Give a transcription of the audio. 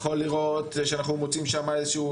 יכול לראות שאנחנו מוצאים שם איזה שהם